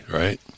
right